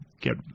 get